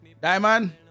diamond